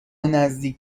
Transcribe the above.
نزدیک